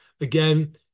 again